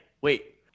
wait